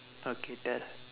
okay tell